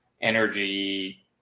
energy